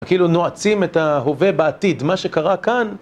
כאילו נועצים את ההווה בעתיד, מה שקרה כאן